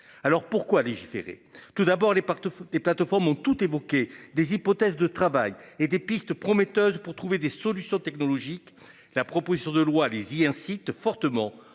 Alors pourquoi légiférer tout d'abord les des plateformes ont toutes évoqué des hypothèses de travail et des pistes prometteuses pour trouver des solutions technologiques. La proposition de loi les y incite fortement